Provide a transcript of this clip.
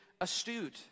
astute